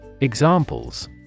Examples